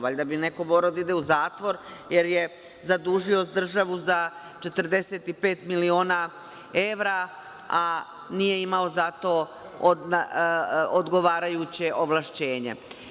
Valjda bi neko morao da ide u zatvor jer je zadužio državu za 45 miliona evra, a nije imao za to odgovarajuće ovlašćenje.